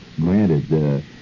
granted